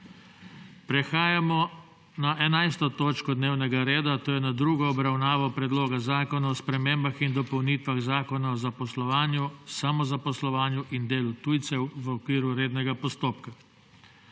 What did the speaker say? prekinjeno 11. točko dnevnega reda, to je z drugo obravnavo Predloga zakona o spremembah in dopolnitvah Zakona o zaposlovanju, samozaposlovanju in delu tujcev, v okviru rednega postopka.**